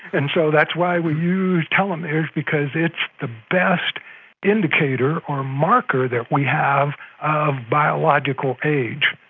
and so that's why we use telomeres because it's the best indicator or marker that we have of biological age.